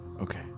Okay